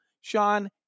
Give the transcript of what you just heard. Sean